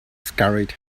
scurried